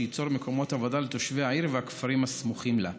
שייצור מקומות עבודה לתושבי העיר והכפרים הסמוכים לה,